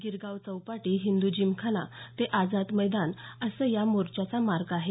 गिरगाव चौपाटी हिंदू जिमखाना ते आझाद मैदान असा या मोर्चाचा मार्ग आहे